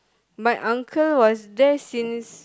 my uncle was there since